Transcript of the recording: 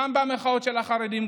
גם במחאות של החרדים,